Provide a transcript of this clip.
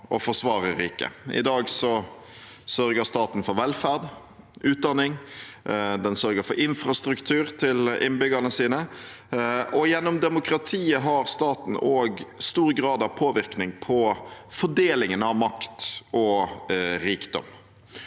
I dag sørger staten for velferd, utdanning og infrastruktur til innbyggerne sine, og gjennom demokratiet har staten også stor grad av påvirkning på fordelingen av makt og rikdom.